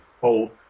whole